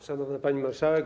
Szanowna Pani Marszałek!